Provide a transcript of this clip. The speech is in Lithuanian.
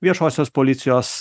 viešosios policijos